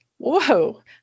Whoa